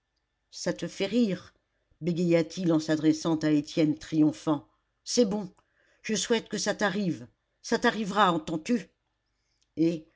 ça te fait rire bégaya-t-il en s'adressant à étienne triomphant c'est bon je souhaite que ça t'arrive ça t'arrivera entends-tu et